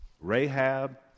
Rahab